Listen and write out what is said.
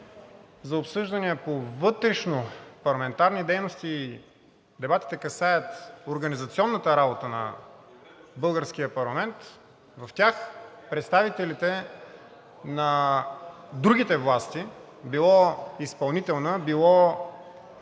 за обсъждания по вътрешнопарламентарни дейности и дебатите касаят организационната работа на българския парламент, в тях представителите на другите власти – било изпълнителна, било